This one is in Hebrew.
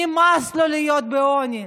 נמאס לו להיות בעוני,